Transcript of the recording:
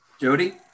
Jody